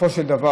בסופו של דבר,